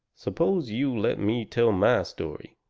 suppose you let me tell my story,